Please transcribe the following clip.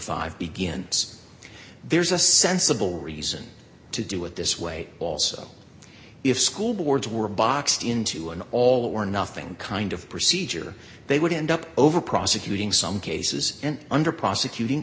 dollars begins there's a sensible reason to do it this way also if school boards were boxed into an all or nothing kind of procedure they would end up over prosecuting some cases and under prosecuting